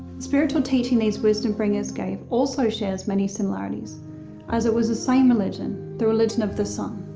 spiritual teaching these wisdom bringers gave also shares many similarities as it was the same religion, the religion of the sun.